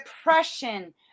depression